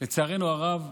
לצערנו הרב,